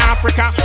Africa